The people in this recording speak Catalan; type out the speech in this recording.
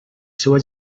seua